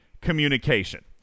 Communication